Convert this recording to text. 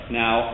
now